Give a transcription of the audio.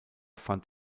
fand